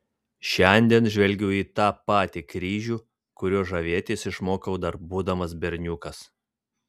šiandien žvelgiu į tą patį kryžių kuriuo žavėtis išmokau dar būdamas berniukas